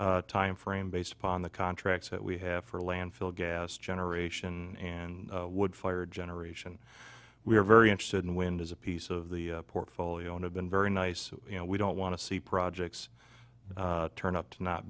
timeframe based upon the contracts that we have for a landfill gas generation and wood fire generation we are very interested in wind as a piece of the portfolio and have been very nice you know we don't want to see projects turn up to not